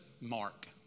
Mark